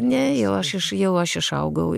ne jau aš iš jau aš išaugau